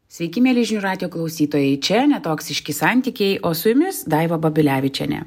sveiki mieli žinių radijo klausytojai čia netoksiški santykiai o su jumis daiva babilevičienė